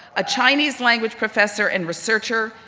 a chinese language professor and researcher,